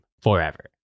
forever